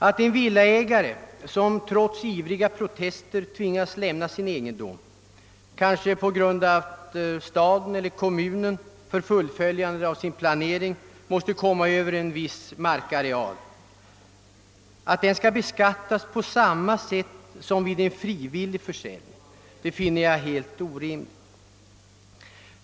Att en villaägare som sålunda trots ivriga protester tvingas lämna sin egendom, kanske på grund av att staden eller kommunen för fullföljande av sin planering måste komma över en viss markareal, skall beskattas på samma sätt som vid en frivillig försäljning finner jag helt orimligt.